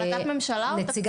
החלטת ממשלה או תקציב?